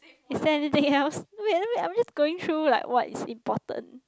is there anything else wait let me I'm just going through like what's like important